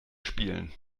spielen